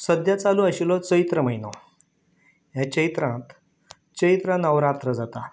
सद्या चालू आशिल्लो चैत्र म्हयनो हे चैत्रांत चैत्र नवरात्र जाता